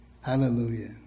Hallelujah